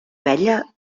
abella